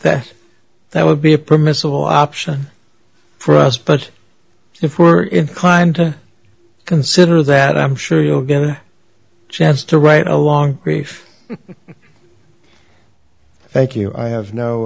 that that would be a permissible option for us but if we were inclined to consider that i'm sure you'll get a chance to write a long grief thank you i have no